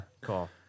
Cool